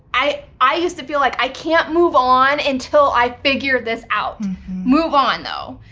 i i used to feel like i can't move on until i figure this out. move on, though,